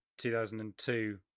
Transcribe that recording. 2002